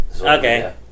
Okay